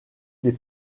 des